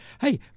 Hey